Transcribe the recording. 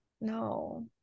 no